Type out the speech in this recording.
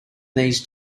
these